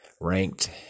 ranked